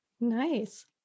Nice